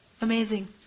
Amazing